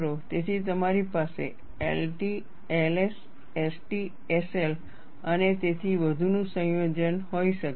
તેથી તમારી પાસે LT LS ST SL અને તેથી વધુનું સંયોજન હોઈ શકે છે